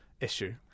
issue